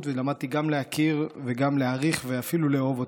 ולמדתי גם להכיר וגם להעריך ואפילו לאהוב אותם.